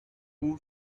who